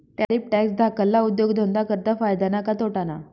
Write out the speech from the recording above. Tariff tax धाकल्ला उद्योगधंदा करता फायदा ना का तोटाना?